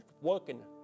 working